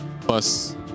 plus